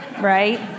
right